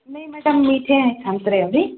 नहीं मेडम मीठे हैं संतरे अभी